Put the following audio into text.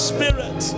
Spirit